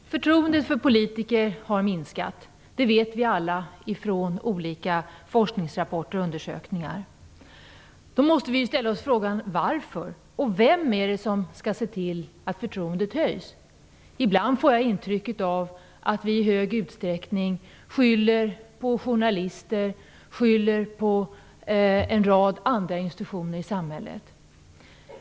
Herr talman! Förtroendet för politiker har minskat. Det vet vi alla, från olika forskningsrapporter och undersökningar. Då måste vi ställa oss frågan varför det är så och vem som skall se till att förtroendet ökas. Ibland får jag intrycket att vi i stor utsträckning skyller på journalister och på en rad andra institutioner i samhället.